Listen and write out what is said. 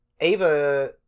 Ava